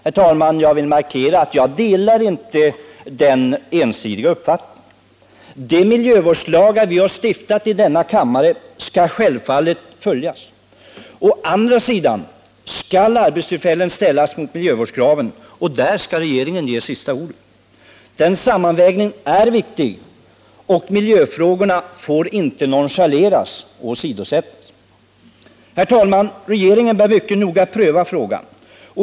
Jag vill klart markera att jag inte delar den ensidiga uppfattningen. De miljövårdslagar vi har stiftat i denna kammare skall självfallet följas. Å andra sidan skall arbetstillfällen ställas mot miljövårdskrav, och där skall regeringen ha sista ordet. Den sammanvägningen är viktig. Miljöfrågorna får inte nonchaleras och åsidosättas. Regeringen bör mycket noga pröva frågan.